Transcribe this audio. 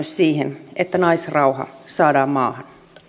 siihen että naisrauha saadaan maahan